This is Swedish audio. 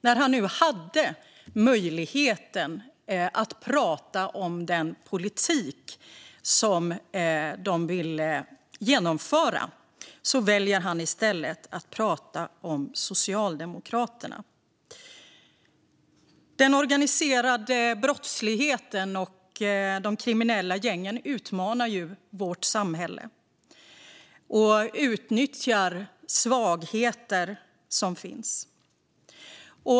När han nu hade möjlighet att prata om den politik som de vill genomföra väljer han i stället att prata om Socialdemokraterna. Den organiserade brottsligheten och de kriminella gängen utmanar vårt samhälle och utnyttjar svagheter som finns.